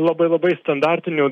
labai labai standartinių